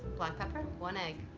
black paper, one egg,